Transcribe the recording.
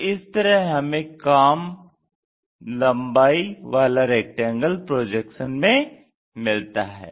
तो इस तरह हमें काम लम्बाई वाला रेक्टेंगल प्रोजेक्शन में मिलता है